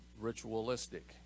ritualistic